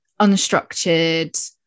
unstructured